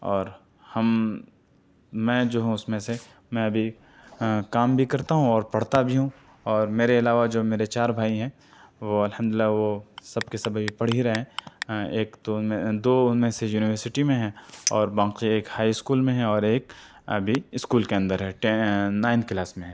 اور ہم میں جو ہوں اُس میں سے میں ابھی کام بھی کرتا ہوں اور پڑھتا بھی ہوں اور میرے علاوہ میرے جو چار بھائی ہیں وہ الحمد اللہ وہ سب کے سب ابھی پڑھ ہی رہے ہیں ایک تو اُن میں دو اُن میں سے یونیورسٹی میں ہیں اور باقی ایک ہائی اسکول میں اور ایک ابھی اسکول کے اندر ہے ٹین نائنتھ کلاس میں ہے